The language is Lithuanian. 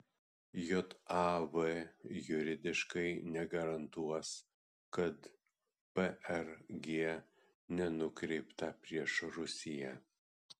jav juridiškai negarantuos kad prg nenukreipta prieš rusiją